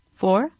four